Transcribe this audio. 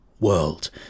World